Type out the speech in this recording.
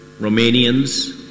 Romanians